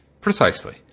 precisely